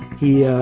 he yeah